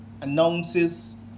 announces